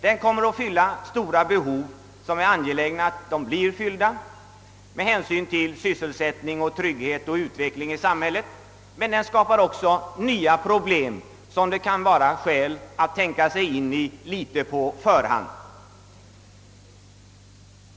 Den kommer då att tillgodose stora behov som är angelägna med hänsyn till sysselsättning, trygghet och utveckling i samhället. Men den kommer också att skapa nya problem som det kan vara skäl att tänka sig in i på förhand.